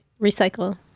Recycle